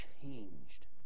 changed